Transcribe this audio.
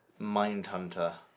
Mindhunter